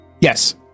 Yes